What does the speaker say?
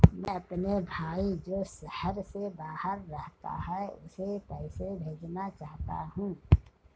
मैं अपने भाई जो शहर से बाहर रहता है, उसे पैसे भेजना चाहता हूँ